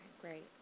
great